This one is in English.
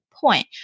point